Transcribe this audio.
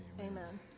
Amen